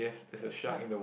yes shark